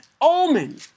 omen